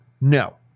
No